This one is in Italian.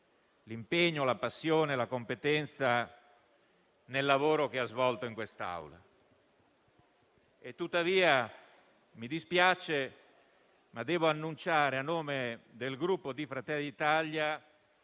l'impegno, la passione e la competenza nel lavoro svolto in quest'Aula; tuttavia, anche se mi dispiace, devo annunciare a nome del Gruppo Fratelli d'Italia